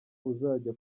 buzajya